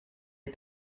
est